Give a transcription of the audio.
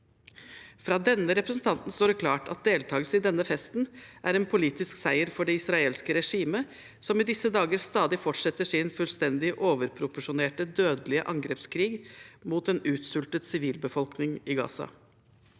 Fra denne representanten står det klart at deltakelse på denne festen er en politisk seier for det israelske regimet som i disse dager stadig fortsetter sin fullstendig overproporsjonerte og dødelige angrepskrig mot en utsultet sivilbefolkning i Gaza.